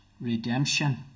redemption